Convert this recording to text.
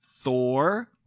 Thor